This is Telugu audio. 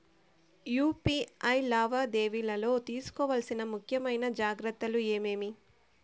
యు.పి.ఐ లావాదేవీలలో తీసుకోవాల్సిన ముఖ్యమైన జాగ్రత్తలు ఏమేమీ?